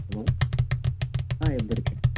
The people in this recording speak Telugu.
హలో ఆ ఇద్దరికి